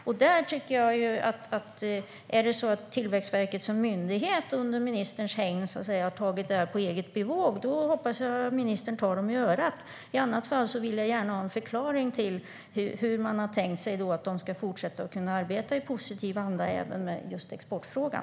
Om Tillväxtverket som myndighet under ministerns hägn har gjort detta på eget bevåg hoppas jag att ministern tar dem i örat. I annat fall vill jag gärna ha en förklaring till hur man har tänkt sig att företag ska kunna fortsätta att arbeta i positiv anda även med just exportfrågan.